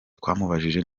twamubajije